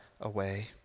away